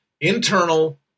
internal